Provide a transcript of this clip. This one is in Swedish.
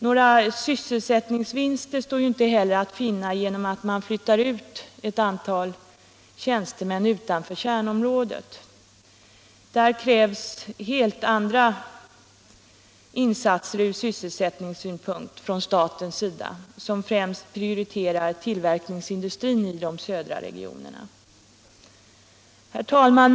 Några sysselsättningsvinster står inte heller att finna genom att flytta ut ett antal tjänstemän utanför kärnområdet. Ur sysselsättningssynpunkt krävs helt andra insatser från statens sida som prioriterar tillverkningsindustri i de södra regionerna. Herr talman!